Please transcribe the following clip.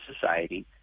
society